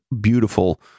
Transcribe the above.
beautiful